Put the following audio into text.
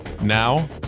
Now